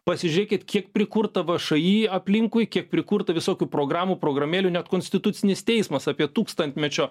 pasižiūrėkit kiek prikurta všį aplinkui kiek prikurta visokių programų programėlių net konstitucinis teismas apie tūkstantmečio